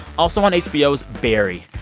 also on hbo's barry.